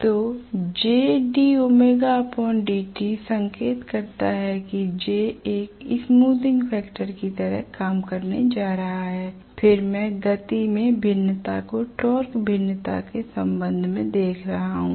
तो संकेत करता है कि J एक स्मूथिंग फैक्टर की तरह काम करने जा रहा है फिर मैं गति में भिन्नता को टॉरक भिन्नता के संबंध में देख रहा हूं